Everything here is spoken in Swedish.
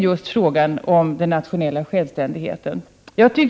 Prot.